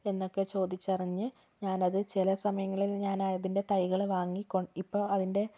എന്നൊക്കെ ചോദിച്ചറിഞ്ഞ് ഞാനത് ചില സമയങ്ങളിൽ ഞാനതിൻ്റെ തൈകൾ വാങ്ങി കൊൺ ഇപ്പോൾ അതിൻ്റെ